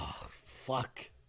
fuck